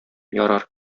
ярар